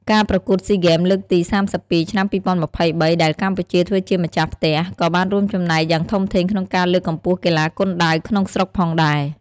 ការប្រកួតស៊ីហ្គេម លើកទី៣២ ឆ្នាំ២០២៣ ដែលកម្ពុជាធ្វើជាម្ចាស់ផ្ទះ ក៏បានរួមចំណែកយ៉ាងធំធេងក្នុងការលើកកម្ពស់កីឡាគុនដាវក្នុងស្រុកផងដែរ។